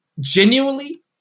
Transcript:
genuinely